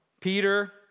Peter